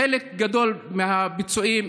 חלק גדול מהפצועים,